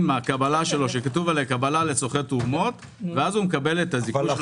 הקבלה שלו שכתוב קבלה לצורכי תרומות ואז הוא מקבל את הזיכוי.